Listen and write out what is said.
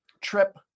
trip